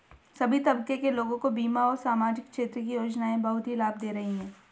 सभी तबके के लोगों को बीमा और सामाजिक क्षेत्र की योजनाएं बहुत ही लाभ दे रही हैं